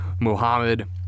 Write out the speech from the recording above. Muhammad